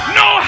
no